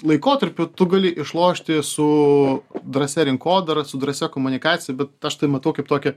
laikotarpiu tu gali išlošti su drąsia rinkodara su drąsia komunikacija bet aš tai matau kaip tokį